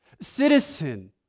citizen